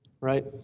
right